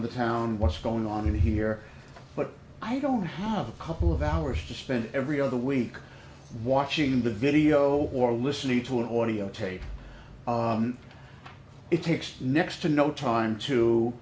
in the town what's going on here but i don't have a couple of hours to spend every other week watching the video or listening to an audiotape it takes next to no time to